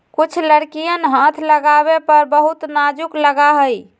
कुछ लकड़ियन हाथ लगावे पर बहुत नाजुक लगा हई